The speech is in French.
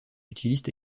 utilisent